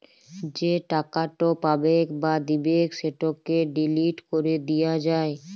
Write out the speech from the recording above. যে টাকাট পাবেক বা দিবেক সেটকে ডিলিট ক্যরে দিয়া যায়